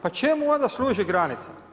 Pa čemu onda služi granica?